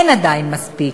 עדיין אין מספיק,